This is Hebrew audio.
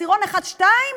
עשירון 2-1?